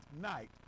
night